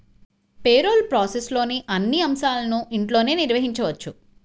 payroll ప్రాసెస్లోని అన్ని అంశాలను ఇంట్లోనే నిర్వహించవచ్చు